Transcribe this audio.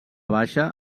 baixa